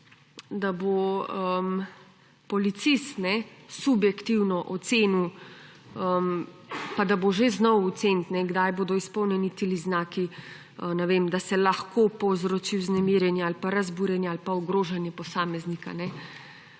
da bo policist subjektivno ocenil, pa da bo že znal oceniti, kdaj bodo izpolnjeni ti znaki, ne vem, da se lahko povzroči vznemirjenje, ali pa razburjenje, ali pa ogrožanje posameznika.